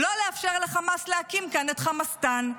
לא לאפשר לחמאס להקים כאן את חמאסטן,